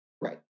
Right